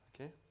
Okay